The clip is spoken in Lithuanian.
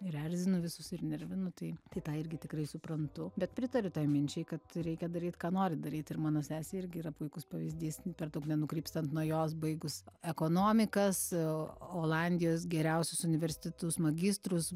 ir erzinu visus ir nervinu tai tai tą irgi tikrai suprantu bet pritariu minčiai kad reikia daryt ką nori daryt ir mano sesė irgi yra puikus pavyzdys per daug nenukrypstant nuo jos baigus ekonomikas olandijos geriausius universitetus magistrus